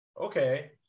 okay